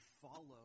follow